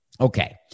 Okay